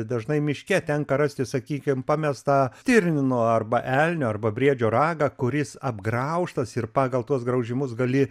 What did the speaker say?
dažnai miške tenka rasti sakykim pamestą stirnino arba elnio arba briedžio ragą kuris apgraužtas ir pagal tuos graužimus gali